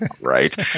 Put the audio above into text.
Right